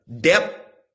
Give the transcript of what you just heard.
depth